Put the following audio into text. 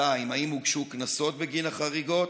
2. האם הוגשו קנסות בגין החריגות?